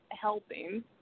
helping